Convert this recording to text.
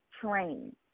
train